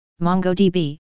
MongoDB